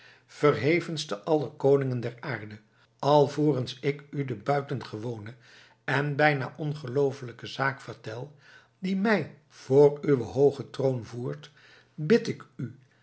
verhevenste aller koningen der aarde alvorens ik u de buitengewone en bijna ongelooflijke zaak vertel die mij voor uwen hoogen troon voert bid ik u